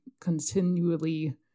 continually